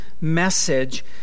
message